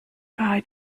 bye